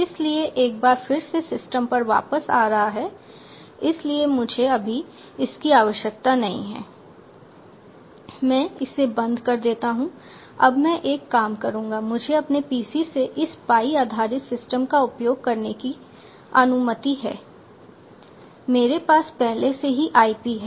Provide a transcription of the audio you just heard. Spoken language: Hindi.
इसलिए एक बार फिर से सिस्टम पर वापस आ रहा है इसलिए मुझे अभी इसकी आवश्यकता नहीं है मैं इसे बंद कर देता हूं अब मैं एक काम करूंगा मुझे अपने PC से इस पाई आधारित सिस्टम का उपयोग करने की अनुमति है मेरे पास पहले से ही IP है